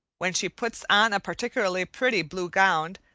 when she puts on a particularly pretty blue gown,